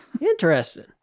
Interesting